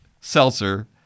seltzer